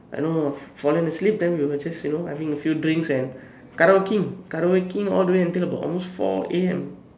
you know fallen asleep then we were just you know having a few drinks and karaokeing karaokeing all the way until almost four A_M